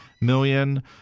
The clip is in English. million